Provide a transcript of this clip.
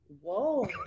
Whoa